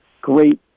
great